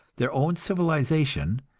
their own civilization,